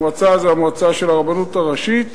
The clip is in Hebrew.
מועצה זה המועצה של הרבנות הראשית,